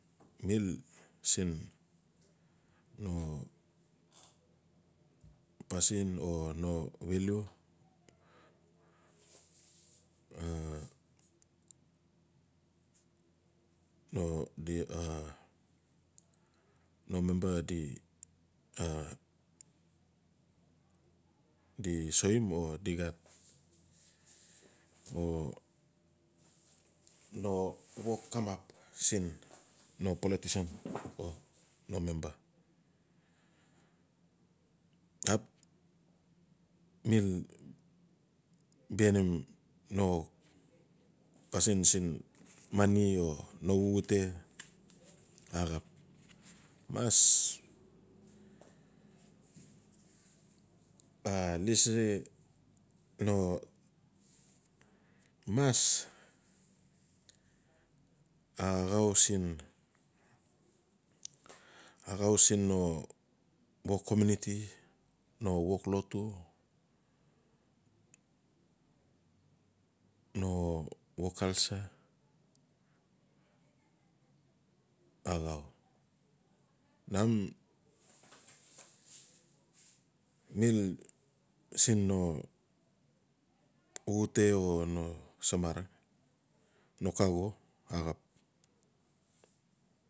Mil siin no pasin o vilu no di no memba di di soim o di xat o no wok kamap siin no polotisian no memba. Ap mil bihainim no pasin siin mani o xuxute axap mas lisi no mas a axaau siin no komiuniti no wok lotu, no wok culture axau mun mil siin no xuxute o no sa marang no cago axap.